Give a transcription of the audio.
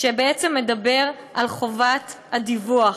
שבעצם מדבר על חובת הדיווח.